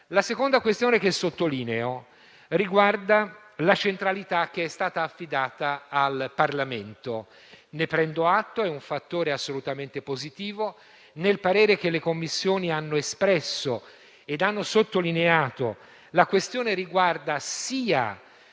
La seconda questione che sottolineo riguarda la centralità che è stata affidata al Parlamento. Ne prendo atto, è un fattore assolutamente positivo. Nel parere che le Commissioni hanno espresso, è sottolineata la questione riguardante